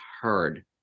heard